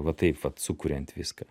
va taip vat sukuriant viską